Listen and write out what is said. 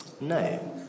No